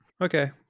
Okay